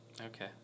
Okay